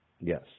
Yes